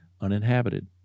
uninhabited